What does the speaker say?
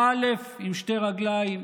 הא' עם שתי רגליים,